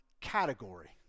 category